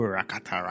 Rakata